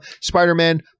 Spider-Man